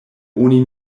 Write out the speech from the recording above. oni